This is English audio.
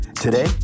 Today